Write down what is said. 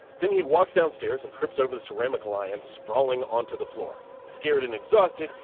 then he walks downstairs, and trips over the ceramic lion, sprawling on to the floor. scared and exhausted,